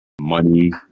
Money